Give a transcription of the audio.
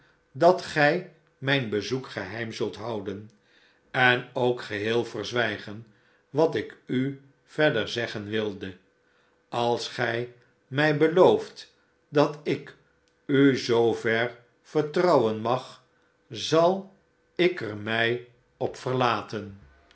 dat gij mijn bezoek geheim zulthouden en ook geheei verzwijgen wat ik u verder zeggen wilde als gij mij belooft dat ik u zoover vertrouwen mag zal ik er mi op verlaten